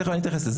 תיכף אתייחס לזה.